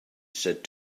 said